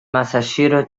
masahiro